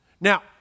Now